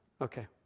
Okay